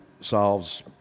solves